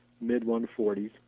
mid-140s